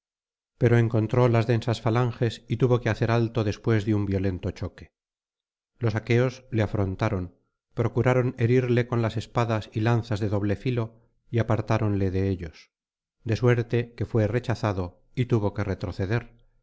pero encontró las densas falanges y tuvo que hacer alto después de un violento choque los aqueos le afrontaron procuraron herirle con las espadas y lanzas de doble filo y apartáronle de ellos de suerte que fué rechazado y tuvo que retroceder